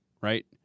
right